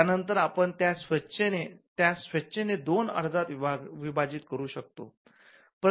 त्यानंतर आपण त्यास स्वेच्छेने दोन अर्जात विभाजित करू शकतो